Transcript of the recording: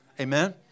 Amen